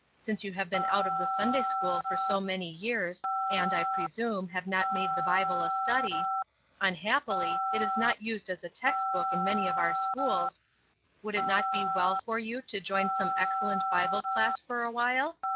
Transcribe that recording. since you have been out of the sunday-school for so many years, and, i presume, have not made the bible a study unhappily, it is not used as a text book in many of our schools would it not be well for you to join some excellent bible-class for awhile?